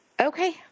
Okay